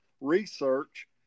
research